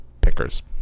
pickers